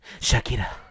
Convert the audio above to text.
Shakira